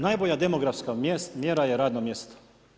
Najbolja demografska mjera je radno mjesto.